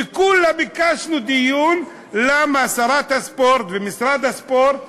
וכולה ביקשנו דיון למה שרת הספורט ומשרד הספורט מעכבים,